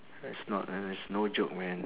it's not a it's no joke man